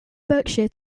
berkshire